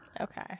Okay